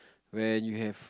when you have